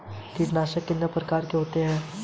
कीटनाशक कितने प्रकार के होते हैं?